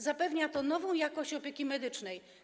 Zapewnia to nową jakość opieki medycznej.